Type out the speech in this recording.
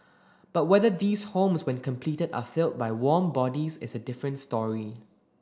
but whether these homes when completed are filled by warm bodies is a different story